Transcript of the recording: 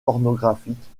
pornographiques